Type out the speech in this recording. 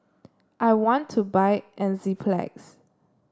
I want to buy Enzyplex